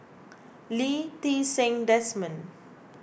Lee Ti Seng Desmond